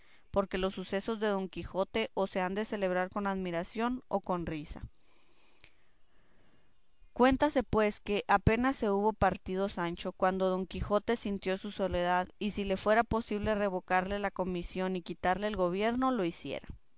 porque los sucesos de don quijote o se han de celebrar con admiración o con risa cuéntase pues que apenas se hubo partido sancho cuando don quijote sintió su soledad y si le fuera posible revocarle la comisión y quitarle el gobierno lo hiciera